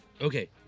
okay